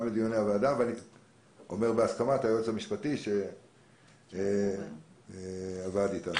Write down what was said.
מדיוני הוועדה ואני אומר שגם בהסכמת היועץ המשפטי שעבד איתנו.